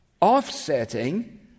offsetting